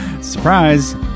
surprise